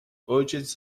ojciec